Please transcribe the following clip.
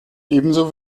ebenso